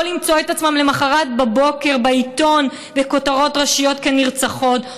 למצוא את עצמן מחר בבוקר בעיתון בכותרות ראשיות כנרצחות,